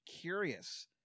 curious